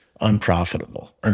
unprofitable